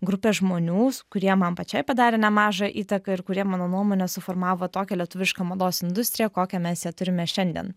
grupę žmonių kurie man pačiai padarė nemažą įtaką ir kurie mano nuomone suformavo tokią lietuvišką mados industriją kokią mes ją turime šiandien